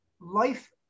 Life